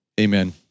Amen